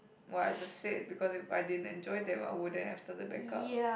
what I just said because if I didn't enjoy them I wouldn't have started back up